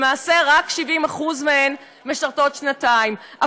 למעשה רק 70% מהן לא משרתות שנתיים,